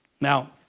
Now